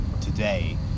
today